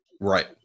Right